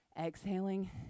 Exhaling